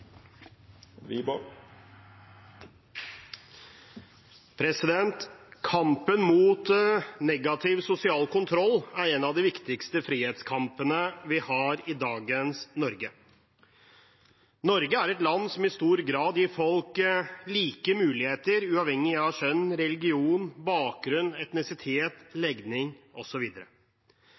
2. Kampen mot negativ sosial kontroll er en av de viktigste frihetskampene vi har i dagens Norge. Norge er et land som i stor grad gir folk like muligheter, uavhengig av kjønn, religion, bakgrunn, etnisitet, legning